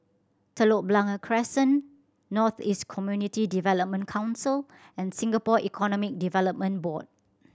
Telok Blangah Crescent North East Community Development Council and Singapore Economic Development Board